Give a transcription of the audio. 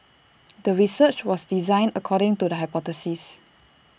the research was designed according to the hypothesis